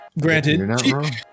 granted